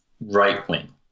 right-wing